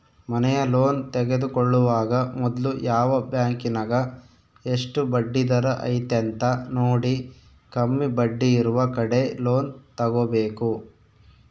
ಮನೆಯ ಲೋನ್ ತೆಗೆದುಕೊಳ್ಳುವಾಗ ಮೊದ್ಲು ಯಾವ ಬ್ಯಾಂಕಿನಗ ಎಷ್ಟು ಬಡ್ಡಿದರ ಐತೆಂತ ನೋಡಿ, ಕಮ್ಮಿ ಬಡ್ಡಿಯಿರುವ ಕಡೆ ಲೋನ್ ತಗೊಬೇಕು